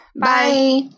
Bye